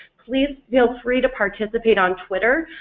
please feel free to participate on twitter,